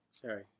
sorry